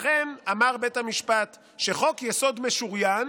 לכן אמר בית המשפט שחוק-יסוד משוריין